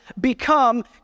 become